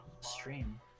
stream